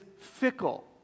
fickle